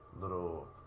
little